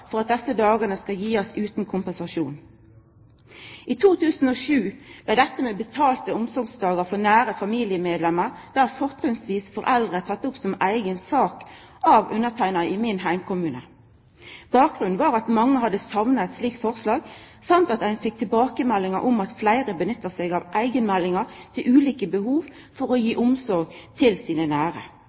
for at desse dagane er utan kompensasjon. I 2007 blei dette med betalte omsorgsdagar for nære familiemedlemer – då fortrinnsvis foreldre – teke opp som eiga sak av underteikna i min heimkommune. Bakgrunnen var at mange hadde sakna eit slik forslag, og at ein fekk tilbakemeldingar om at fleire nytta eigenmeldingar til ulike behov for å gi omsorg til sine nære.